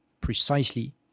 precisely